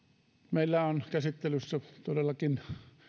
meillä on käsittelyssä todellakin